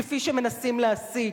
כפי שמנסים להסית.